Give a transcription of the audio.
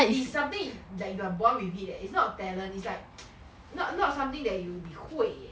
it's something that you are born with it eh it's not a talent it's like not not something that 你你会 eh